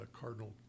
cardinal